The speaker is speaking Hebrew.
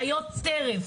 חיות טרף,